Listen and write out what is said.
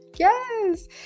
yes